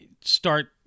start